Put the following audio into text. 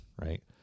right